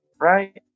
right